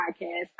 podcast